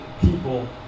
people